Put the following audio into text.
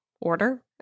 order